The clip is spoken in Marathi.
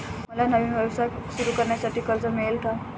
मला नवीन व्यवसाय सुरू करण्यासाठी कर्ज मिळेल का?